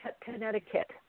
Connecticut